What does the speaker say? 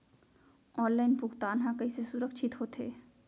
Online भुगतान हा कइसे सुरक्षित होथे?